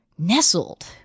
Nestled